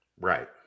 Right